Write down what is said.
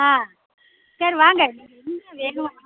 ஆ சரி வாங்க வேண வா